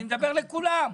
אני מדבר לכולם.